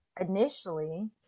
initially